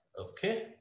Okay